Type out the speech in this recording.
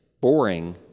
boring